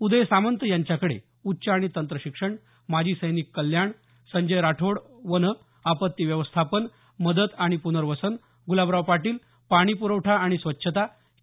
उदय सामंत यांच्याकडे उच्च आणि तंत्र शिक्षण माजी सैनिक कल्याण संजय राठोड वने आपत्ती व्यवस्थापन मदत आणि पुनर्वसन गुलाबराव पाटील पाणी पुखठा आणि स्वच्छता के